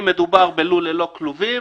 אם מדובר בלול ללא כלובים,